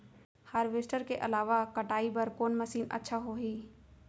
Harvester के अलावा कटाई बर कोन मशीन अच्छा होही?